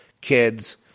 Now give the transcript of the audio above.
kids